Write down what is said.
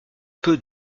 peu